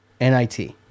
Nit